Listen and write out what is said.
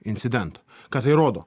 incidentą ką tai rodo